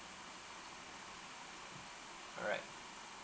alright